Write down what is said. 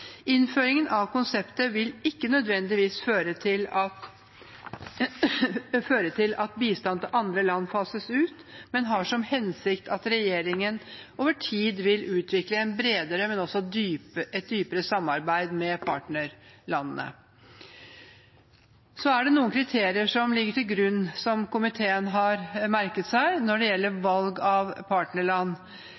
Innføringen av konseptet vil ikke nødvendigvis føre til at bistand til andre land fases ut, men har som hensikt at regjeringen over tid vil utvikle et bredere og dypere samarbeid med partnerlandene. Det er noen kriterier som ligger til grunn som komiteen har merket seg når det gjelder